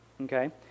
Okay